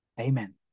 Amen